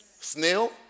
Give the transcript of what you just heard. Snail